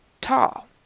tall